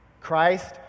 Christ